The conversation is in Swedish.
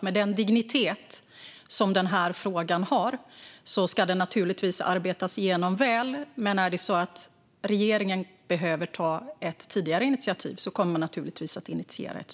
Med den dignitet som denna fråga har ska den arbetas igenom väl, och jag är övertygad om att om regeringen behöver ta ett tidigare initiativ kommer man att göra det.